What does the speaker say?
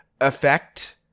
effect